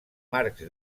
marcs